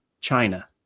China